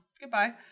Goodbye